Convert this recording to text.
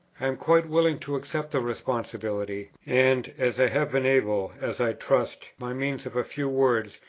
i am quite willing to accept the responsibility and, as i have been able, as i trust, by means of a few words,